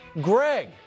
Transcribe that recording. Greg